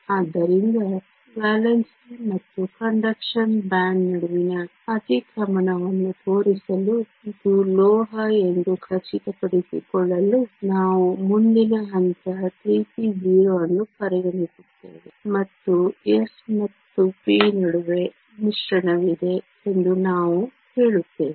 ಆದ್ದರಿಂದ ವೇಲೆನ್ಸಿ ಮತ್ತು conduction band ನಡುವಿನ ಅತಿಕ್ರಮಣವನ್ನು ತೋರಿಸಲು ಇದು ಲೋಹ ಎಂದು ಖಚಿತಪಡಿಸಿಕೊಳ್ಳಲು ನಾವು ಮುಂದಿನ ಹಂತ 3p0 ಅನ್ನು ಪರಿಗಣಿಸುತ್ತೇವೆ ಮತ್ತು s ಮತ್ತು p ನಡುವೆ ಮಿಶ್ರಣವಿದೆ ಎಂದು ನಾವು ಹೇಳುತ್ತೇವೆ